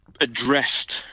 addressed